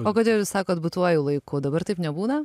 o kodėl jūs sakot būtuoju laiku dabar taip nebūna